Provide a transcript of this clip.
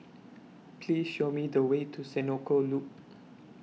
Please Show Me The Way to Senoko Loop